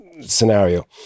scenario